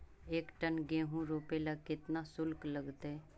एक टन गेहूं रोपेला केतना शुल्क लगतई?